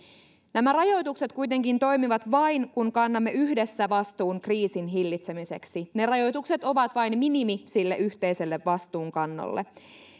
nämä rajoitukset kuitenkin toimivat vain kun kannamme yhdessä vastuun kriisin hillitsemiseksi ne rajoitukset ovat vain minimi sille yhteiselle vastuunkannolle